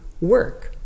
work